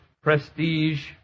prestige